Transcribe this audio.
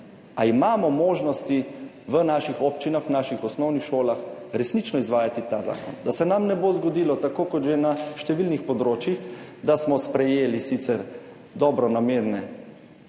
Ali imamo možnosti v naših občinah, v naših osnovnih šolah resnično izvajati ta zakon? Da se nam ne bo zgodilo, tako kot že na številnih področjih, da smo sprejeli sicer dobronamerne